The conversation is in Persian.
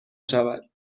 شود